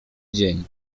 dzień